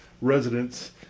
residents